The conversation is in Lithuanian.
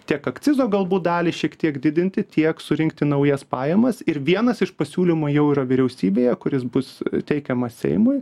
tiek akcizo galbūt dalį šiek tiek didinti tiek surinkti naujas pajamas ir vienas iš pasiūlymų jau yra vyriausybėje kuris bus teikiamas seimui